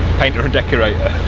painter a decorator,